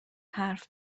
حرف